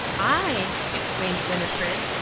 i! exclaimed winnifred,